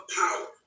power